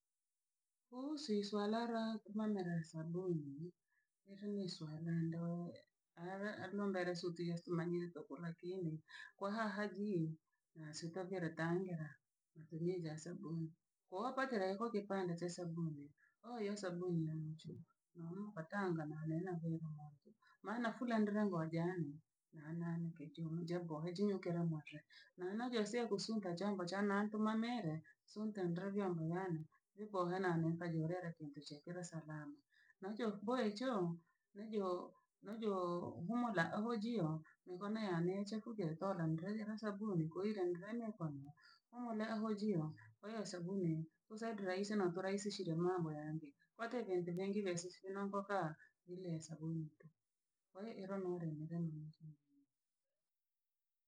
Kuhusu iswara la kumanala sabuni ili ni suala ndohe ara- alombele suti gesumanyile tokho lakini kwa haha gii nasukagera tangira. Matumizi ya sabuni ko opa kela eko kipande cha sabuni oyo sabuni ya mche, nompatanga nane naveromuntuka maana kula ndire nguo janii na naanikeje onjengo hejinyogeramotre na nagese kosunda chombo cha natomamere sunta tra vyombo vyane vipo hana numpa jinvera kintu chekera sababu. No chokuboe cho nejo nejohumula obhojio niko na ya nheche kogetora ndre jera sabuni koirendrenyakona omule aho jio weya sabuni kosaidra yise na otorahishiye mambo yange, wate vente venge vesisiwe nombokaa ile sabuni ntu kwo ero noremromunzu.